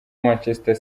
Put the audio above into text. manchester